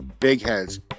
BIGHEADS